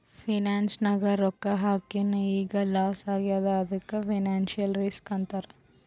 finance ನಾಗ್ ರೊಕ್ಕಾ ಹಾಕಿನ್ ಈಗ್ ಲಾಸ್ ಆಗ್ಯಾದ್ ಅದ್ದುಕ್ ಫೈನಾನ್ಸಿಯಲ್ ರಿಸ್ಕ್ ಅಂತಾರ್